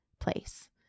place